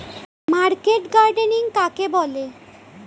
Market gardening কাকে বলে?